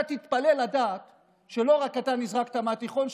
אתה תתפלא לדעת שלא רק אתה נזרקת מהתיכון.